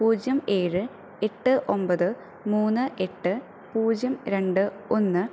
പൂജ്യം ഏഴ് എട്ട് ഒമ്പത് മൂന്ന് എട്ട് പൂജ്യം രണ്ട് ഒന്ന്